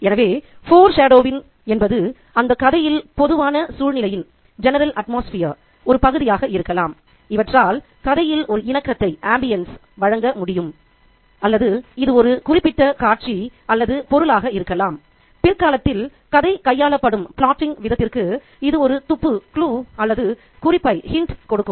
எனவே foreshadowing என்பது அந்த கதையில் பொதுவான சூழ்நிலையின் ஒரு பகுதியாக இருக்கலாம் இவற்றால் கதையில் ஒரு இணக்கத்தை வழங்க முடியும் அல்லது இது ஒரு குறிப்பிட்ட காட்சி அல்லது பொருளாக இருக்கலாம் பிற்காலத்தில் கதை கையாளப்படும் விதத்திற்கு இது ஒரு துப்பு அல்லது குறிப்பைக் கொடுக்கும்